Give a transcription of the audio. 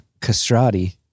Castrati